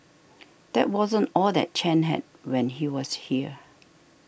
that wasn't all that Chen had when he was here